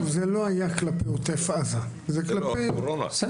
אגב, זה לא היה כלפי עוטף עזה, זה כלפי הקורונה.